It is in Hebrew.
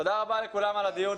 תודה רבה לכולם על הדיון.